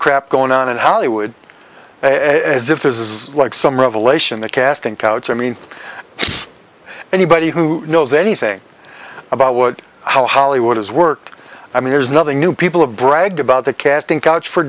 crap going on in hollywood as if this is like some revelation the casting couch i mean anybody who knows anything about what how hollywood has worked i mean there's nothing new people have bragged about the casting couch for